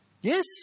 yes